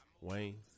Wayne